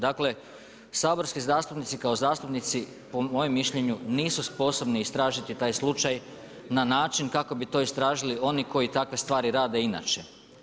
Dakle saborski zastupnici kao zastupnici po mom mišljenju nisu sposobni istražiti taj slučaj na način kako bi to istražili oni koji takve stvari rade inače.